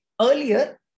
Earlier